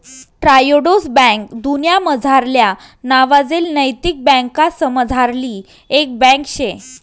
Triodos bank दुन्यामझारल्या नावाजेल नैतिक बँकासमझारली एक बँक शे